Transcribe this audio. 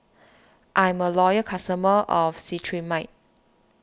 I'm a loyal customer of Cetrimide